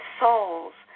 souls